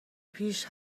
پیش